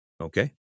Okay